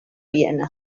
viena